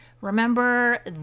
remember